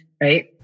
right